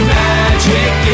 magic